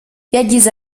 yagize